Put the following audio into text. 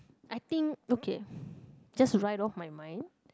I think okay just right off my mind